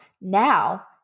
Now